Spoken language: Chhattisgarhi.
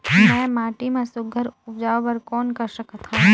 मैं माटी मा सुघ्घर उपजाऊ बर कौन कर सकत हवो?